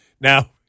Now